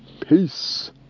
peace